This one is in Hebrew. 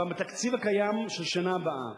בתקציב הקיים של השנה הבאה,